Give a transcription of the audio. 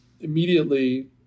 immediately